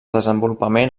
desenvolupament